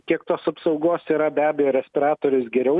kiek tos apsaugos yra be abejo respiratorius geriau